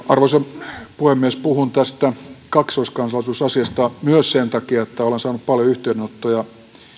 arvoisa puhemies puhun tästä kaksoiskansalaisuusasiasta myös sen takia että olen saanut paljon yhteydenottoja